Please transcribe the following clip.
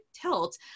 tilt